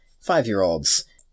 five-year-olds